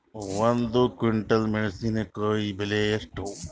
ಒಂದು ಕ್ವಿಂಟಾಲ್ ಮೆಣಸಿನಕಾಯಿ ಬೆಲೆ ಎಷ್ಟು?